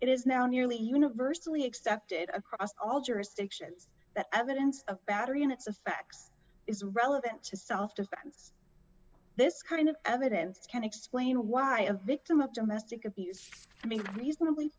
it is now nearly universally accepted across all jurisdictions that evidence of battery in its effects is relevant to self defense this kind of evidence can explain why a victim of domestic abuse being a reasonably